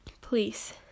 Please